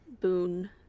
Boon